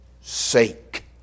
sake